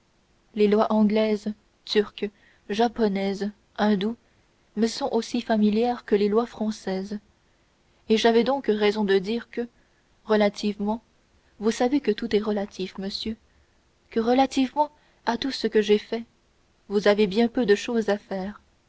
les lois anglaises turques japonaises hindoues me sont aussi familières que les lois françaises et j'avais donc raison de dire que relativement vous savez que tout est relatif monsieur que relativement à tout ce que j'ai fait vous avez bien peu de chose à faire